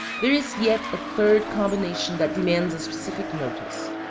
there is yet a third combination that demands a specific notice.